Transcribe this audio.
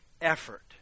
effort